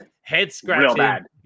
head-scratching